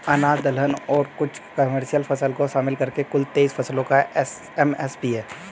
अनाज दलहन और कुछ कमर्शियल फसल को शामिल करके कुल तेईस फसलों का एम.एस.पी है